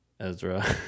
Ezra